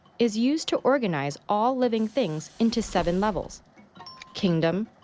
is used to organize all living things into seven levels kingdom,